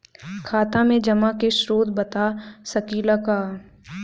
खाता में जमा के स्रोत बता सकी ला का?